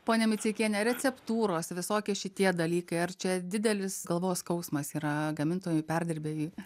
ponia miceikiene receptūros visokie šitie dalykai ar čia didelis galvos skausmas yra gamintojui perdirbėjui